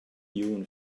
hewn